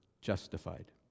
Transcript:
justified